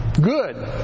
good